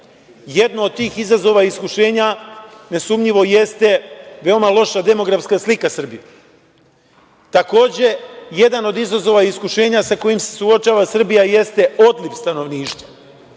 Jedno od tih izazova iskušenja nesumnjivo jeste veoma loša demografska slika Srbima. Takođe, jedan od izazova iskušenja sa kojim se suočava Srbija jeste odliv stanovništva,